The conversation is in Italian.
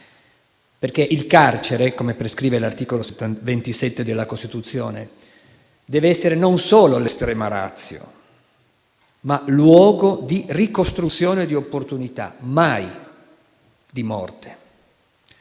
perché il carcere, come prescrive l'articolo 27 della Costituzione, dev'essere non solo l'*extrema ratio*, ma luogo di ricostruzione di opportunità, mai di morte.